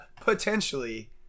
potentially